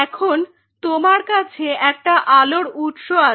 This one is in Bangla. এখন তোমার কাছে একটা আলোর উৎস আছে